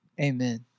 Amen